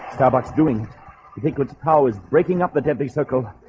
but doing you think what's powers breaking up the deadly circle